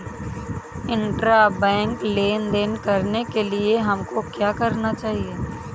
Intrabank लेन देन करने के लिए हमको क्या करना होता है?